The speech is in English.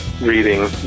reading